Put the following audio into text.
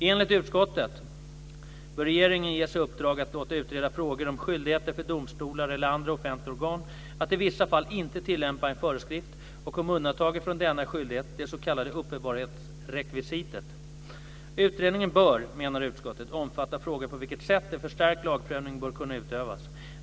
Enligt utskottet bör regeringen ges i uppdrag att låta utreda frågor om skyldigheten för domstolar eller andra offentliga organ att i vissa fall inte tillämpa en föreskrift och om undantaget från denna skyldighet, det s.k. uppenbarhetsrekvisitet. Utredningen bör, menar utskottet, omfatta frågan på vilket sätt en förstärkt lagprövning bör kunna utövas.